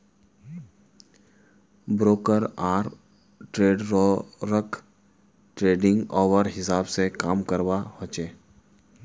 broker आर ट्रेडररोक trading hour हिसाब से काम करवा होचे